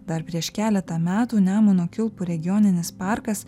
dar prieš keletą metų nemuno kilpų regioninis parkas